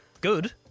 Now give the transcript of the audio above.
good